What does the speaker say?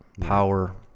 power